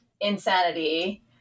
insanity